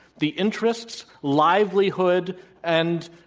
the interests, livelihood and,